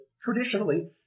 traditionally